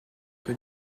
que